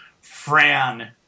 Fran